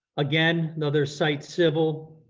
again, another site civil